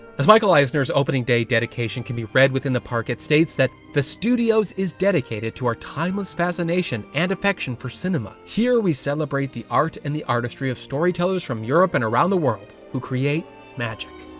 as michael eisner's opening day dedication can be read in the park, it states that the studios is dedicated to our timeless facination and affection for cinema. here we celebrate the art and the artistry of storytellers from europe and around the world who create magic.